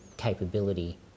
capability